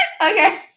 Okay